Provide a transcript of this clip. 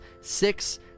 six